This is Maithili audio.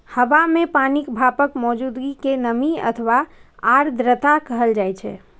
हवा मे पानिक भापक मौजूदगी कें नमी अथवा आर्द्रता कहल जाइ छै